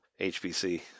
HBC